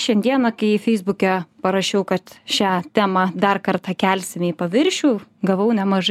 šiandieną kai feisbuke parašiau kad šią temą dar kartą kelsime į paviršių gavau nemažai